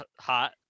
hot